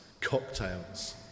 cocktails